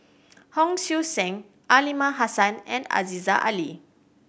Hon Sui Sen Aliman Hassan and Aziza Ali